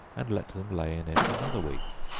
and let them lay in it another week